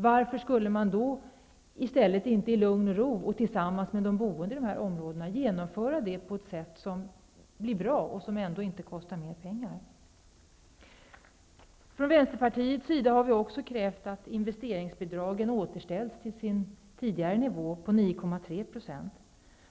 Varför skulle man då inte i stället i lugn och ro och tillsammans med de boende i områdena genomföra detta på ett sätt som är bra och som ändå inte kostar mer pengar? Från Vänsterpartiets sida har vi också krävt att investeringsbidragen återställs till sin tidigare nivå på 9,3 %.